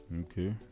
Okay